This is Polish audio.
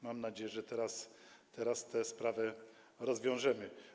Mam nadzieję, że teraz te sprawy rozwiążemy.